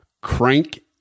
crank